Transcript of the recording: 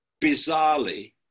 bizarrely